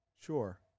Sure